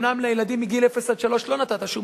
אומנם לילדים עד גיל שלוש לא נתת שום